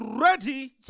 ready